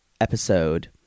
episode